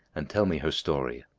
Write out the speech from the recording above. and tell me her story.